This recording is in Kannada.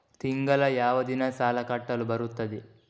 ತಿಂಗಳ ಯಾವ ದಿನ ಸಾಲ ಕಟ್ಟಲು ಬರುತ್ತದೆ?